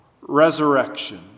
resurrection